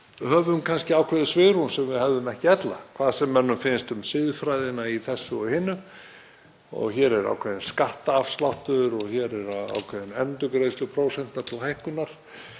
höfum kannski ákveðið svigrúm sem við hefðum ekki ella, hvað sem mönnum finnst um siðfræðina í þessu og hinu. Hér er ákveðinn skattafsláttur og hér er ákveðin endurgreiðsluprósenta til hækkunar.